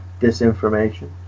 disinformation